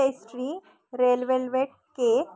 pastry red velvet cake